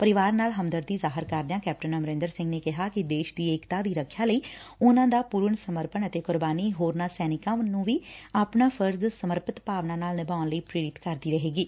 ਪਰਿਵਾਰ ਨਾਲ ਹਮਦਰਦੀ ਜਾਹਿਰ ਕਰਦਿਆਂ ਕੈਪਟਨ ਅਮਰਿੰਦਰ ਸਿੰਘ ਨੇ ਕਿਹਾ ਕਿ ਦੇਸ਼ ਦੀ ਏਕਤਾ ਦੀ ਰੱਖਿਆ ਲਈ ਉਨਾਂ ਦਾ ਪੁਰਨ ਸਮਰਪਣ ਅਤੇ ਕੁਰਬਾਨੀ ਹੋਰਨਾਂ ਸੈਨਿਕਾਂ ਨੂੰ ਆਪਣਾ ਫ਼ਰਜ਼ ਸਮਰਪਿਤ ਭਾਵਨਾ ਨਾਲ ਨਿਭਾਉਣ ਲਈ ਪੇਰਿਤ ਕਰਦੀ ਰਹੇਗੀ